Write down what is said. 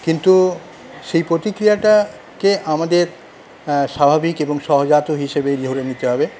কিন্তু সেই প্রতিক্রিয়াটাকে আমাদের স্বাভাবিক এবং সহজাত হিসেবেই ধরে নিতে হবে